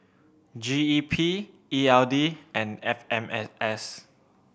G E P E L D and F M S S